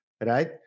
right